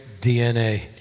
DNA